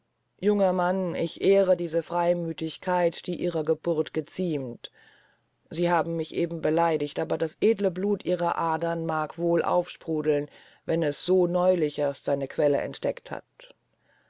junger mann ich ehre diese freimühigkeit die ihrer geburt geziemt sie haben mich eben beleidigt aber das edle blut ihrer adern mag wohl aufsprudeln wenn es so neulich erst seine quelle entdeckt hat